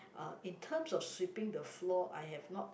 uh in terms of sweeping the floor I have not